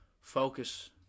focus